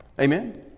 Amen